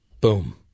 boom